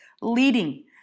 leading